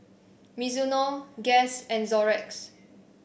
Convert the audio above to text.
Mizuno Guess and Xorex